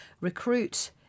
Recruit